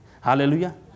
Hallelujah